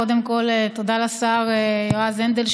קודם כול תודה לשר יועז הנדל,